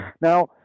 Now